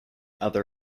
other